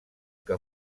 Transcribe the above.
que